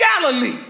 Galilee